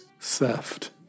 theft